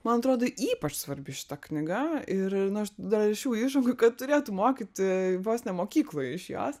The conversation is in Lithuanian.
man atrodo ypač svarbi šita knyga ir nu aš dar rašiau įžangoj kad turėtų mokyti vos ne mokykloje iš jos